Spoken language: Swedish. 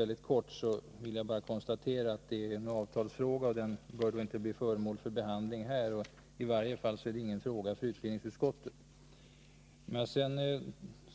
Jag vill konstatera att det är en avtalsfråga, och den bör inte bli föremål för behandling här. I varje fall är det inte någon fråga för utbildningsutskottet.